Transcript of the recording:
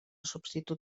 substitut